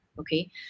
Okay